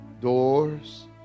doors